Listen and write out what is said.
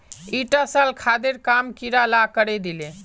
ईटा साल खादेर काम कीड़ा ला करे दिले